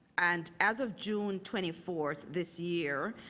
and as of june twenty four, this year,